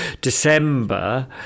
December